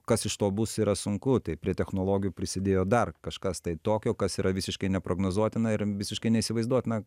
kas iš to bus yra sunku tai prie technologijų prisidėjo dar kažkas tai tokio kas yra visiškai neprognozuotina ir visiškai neįsivaizduotina